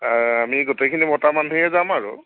আ আমি গোটেইখিনি মতা মানুহেই যাম আৰু